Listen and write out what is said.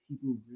people